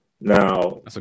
Now